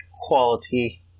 quality